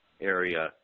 area